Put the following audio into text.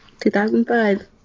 2005